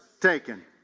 taken